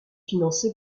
financé